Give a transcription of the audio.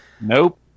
Nope